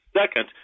Second